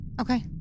Okay